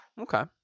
Okay